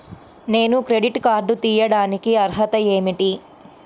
నేను credit card తీయడానికి అర్హత ఏమిటి?